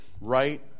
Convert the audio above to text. right